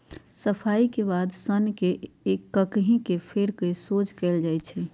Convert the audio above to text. सफाई के बाद सन्न के ककहि से फेर कऽ सोझ कएल जाइ छइ